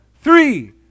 three